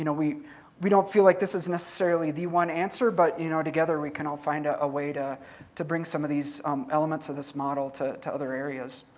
you know we we don't feel like this is necessarily the one answer, but you know together we can all find a ah way to to bring some of these elements of this model to to other areas.